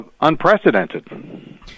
unprecedented